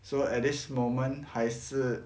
so at this moment 还是